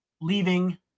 leaving